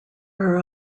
are